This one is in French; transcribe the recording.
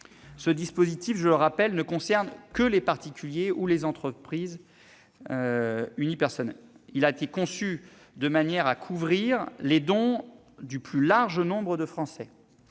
Ce dispositif, je le rappelle, ne concerne que les particuliers et les entreprises unipersonnelles. Il a été conçu de manière à couvrir les dons du plus large nombre de Français.